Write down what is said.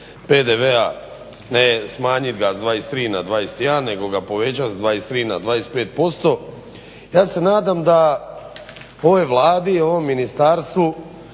PDV-a ne smanjit ga s 23 na 21 nego ga povećat s 23 na 25%. Ja se nadam da ovoj Vladi i ovom ministarstvu,